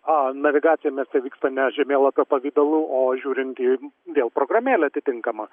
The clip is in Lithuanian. a navigacija mieste vyksta ne žemėlapio pavidalu o žiūrint į vėl programėlę atitinkamą